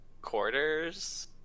Quarters